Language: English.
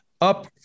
up